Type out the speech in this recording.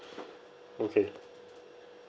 okay